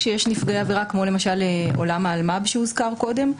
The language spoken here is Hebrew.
כשיש נפגעי עבירה כמו למשל עולם האלמ"ב קודם,